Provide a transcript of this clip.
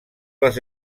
les